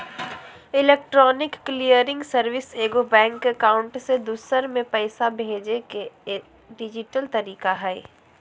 electronic clearing service एगो bank account से दूसर में पैसा भेजय के डिजिटल तरीका हइ